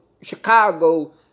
Chicago